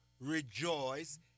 rejoice